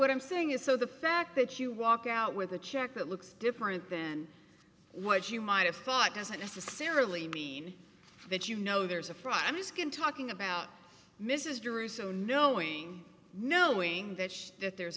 what i'm saying is so the fact that you walk out with a check that looks different than what you might have thought doesn't necessarily mean that you know there's a fraud i mean skin talking about mrs drew so knowing knowing that that there's